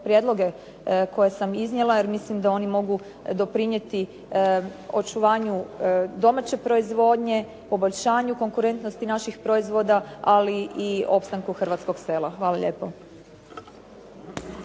koje sam iznijela jer mislim da oni mogu doprinijeti očuvanju domaće proizvodnje, poboljšanju konkurentnosti naših proizvoda ali i opstanku hrvatskog sela. Hvala lijepo.